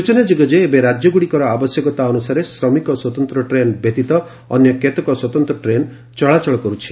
ସ୍ବଚନାଯୋଗ୍ୟ ଏବେ ରାଜ୍ୟଗୁଡ଼ିକର ଆବଶ୍ୟକତା ଅନୁସାରେ ଶ୍ରମିକ ସ୍ୱତନ୍ତ୍ର ଟ୍ରେନ୍ ବ୍ୟତୀତ ଅନ୍ୟ କେତେକ ସ୍ୱତନ୍ତ୍ର ଟ୍ରେନ୍ ଚଳାଚଳ କରୁଛି